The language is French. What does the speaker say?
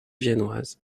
viennoise